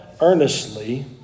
earnestly